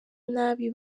nabi